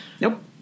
Nope